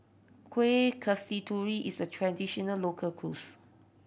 Kuih Kasturi is a traditional local